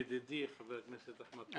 ידידי חבר הכנסת אחמד טיבי,